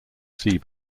sea